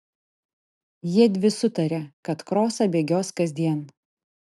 jiedvi sutarė kad krosą bėgios kasdien